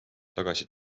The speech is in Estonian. tagasi